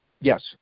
Yes